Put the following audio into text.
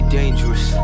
dangerous